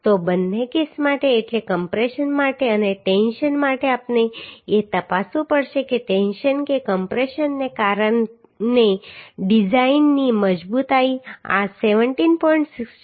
તો બંને કેસ માટે એટલે કમ્પ્રેશન માટે અને ટેન્શન માટે આપણે એ તપાસવું પડશે કે ટેન્શન કે કમ્પ્રેશનને કારણે ડિઝાઇનની મજબૂતાઈ આ 17